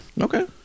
Okay